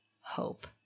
hope